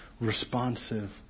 responsive